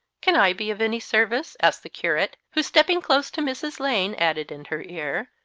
can i be of any service? asked the curate, who, stepping close to mrs. lane, added in her ear,